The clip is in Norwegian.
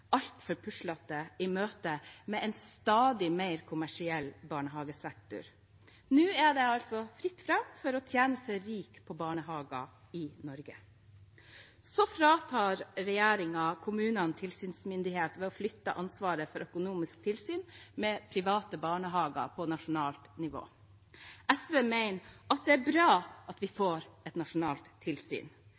altfor puslete i møte med en stadig mer kommersiell barnehagesektor. Nå er det altså fritt fram for å tjene seg rik på barnehager i Norge. Videre fratar Regjeringen kommunene tilsynsmyndighet ved å flytte ansvaret for økonomisk tilsyn med private barnehager på nasjonalt nivå. SV mener det er bra at vi får et nasjonalt tilsyn.